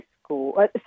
school